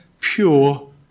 pure